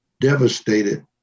devastated